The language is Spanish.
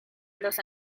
los